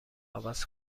عوض